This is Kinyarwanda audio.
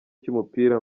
cy’umupira